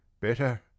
better